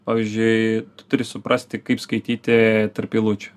pavyzdžiui turi suprasti kaip skaityti tarp eilučių